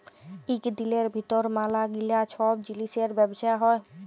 ইক দিলের ভিতর ম্যালা গিলা ছব জিলিসের ব্যবসা হ্যয়